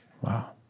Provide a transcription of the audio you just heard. Wow